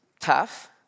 tough